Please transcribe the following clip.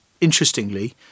Interestingly